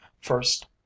first